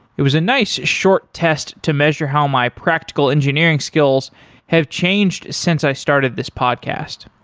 it was a nice short test to measure how my practical engineering skills have changed since i started this podcast.